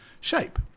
shape